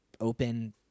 open